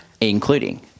including